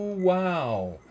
Wow